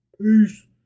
Peace